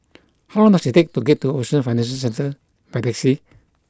how long does it take to get to Ocean Financial Centre by taxi